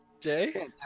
Jay